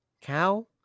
cow